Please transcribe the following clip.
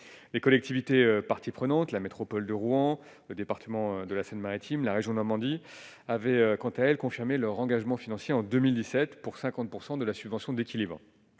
les collectivités, partie prenante, la métropole de Rouen, le département de la Seine-Maritime, la région Normandie avait quant à elle confirmé leur engagement financier en 2017 pour 50 % de la subvention d'équilibre